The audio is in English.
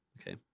Okay